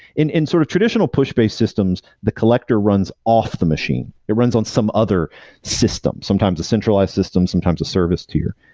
in in sort of traditional push-based systems, the collector runs off the machine. it runs on some other system, sometimes a centralized system, sometimes a service tier,